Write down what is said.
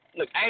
Look